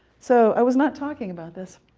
so i was not talking about this.